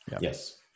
Yes